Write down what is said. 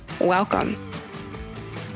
Welcome